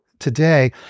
today